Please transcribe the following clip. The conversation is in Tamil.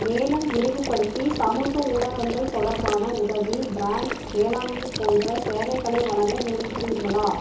மேலும் விரிவுபடுத்தி சமூக ஊடகங்கள் தொடர்பான உதவி ப்ராண்ட் மேலாண்மை போன்ற சேவைகளை வழங்க விரும்புகிறீர்களா